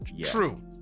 True